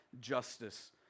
justice